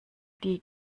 die